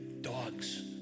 dogs